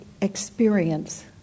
experience